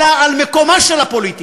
אלא על מקומה של הפוליטיקה.